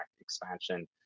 expansion